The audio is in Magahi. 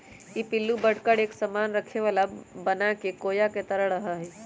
ई पिल्लू बढ़कर एक सामान रखे वाला बनाके कोया के तरह रहा हई